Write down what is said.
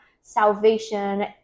salvation